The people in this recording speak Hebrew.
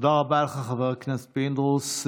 תודה רבה לך, חבר הכנסת פינדרוס.